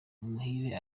umuhire